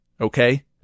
okay